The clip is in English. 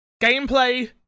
gameplay